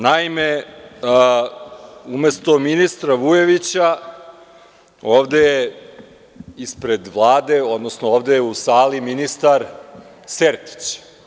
Naime, umesto ministra Vujovića, ovde ispred Vlade, odnosno u sali je ministar Sertić.